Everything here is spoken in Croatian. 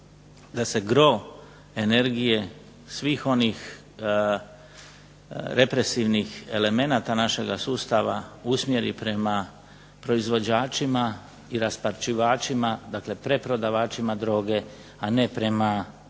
da se gro energije svih onih represivnih elemenata našega sustava usmjeri prema proizvođačima i raspačivačima, dakle preprodavačima droge, a ne prema